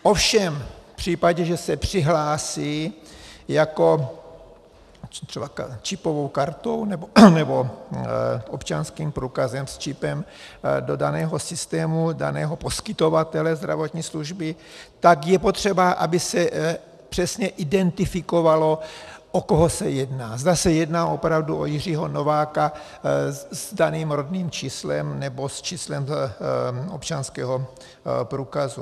Ovšem v případě, že se přihlásí třeba čipovou kartou nebo občanským průkazem s čipem do daného systému daného poskytovatele zdravotní služby, tak je potřeba, aby se přesně identifikovalo, o koho se jedná, zda se jedná opravdu o Jiřího Nováka s daným rodným číslem nebo s číslem občanského průkazu.